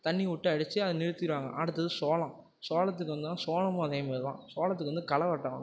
தண்ணிவ விட்டு அடிச்சு அதை நிறுத்திடுவாங்க அடுத்தது சோளம் சோளத்துக்கு வந்தோம்னா சோளமும் அதே மாதிரிதான் சோளத்துக்கு வந்து களை வெட்டணும்